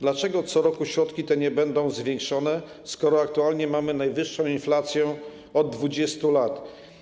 Dlaczego co roku te środki nie będą zwiększane, skoro aktualnie mamy najwyższą inflację od 20 lat?